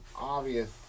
obvious